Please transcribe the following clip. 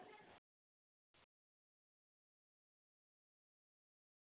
اَسہِ چھِ Samsung galaxy رَٹُن مطلب سٮ۪مسنٛگُے فون چھِ اَسہِ ضوٚرَتھ